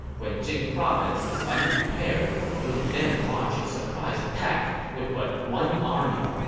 when jing province is unprepared, we can then launch a surprise attack with but one army,